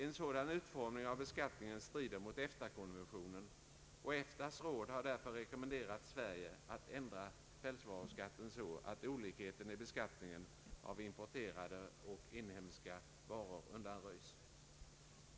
En sådan utformning av beskattningen strider mot EFTA-konventionen, och EFTA:s råd har därför rekommenderat Sverige att ändra pälsvaruskatten så, att olikheten i beskattningen av importerade och inhemska varor undanröjs.